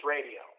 Radio